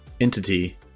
entity